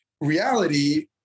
reality